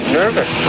nervous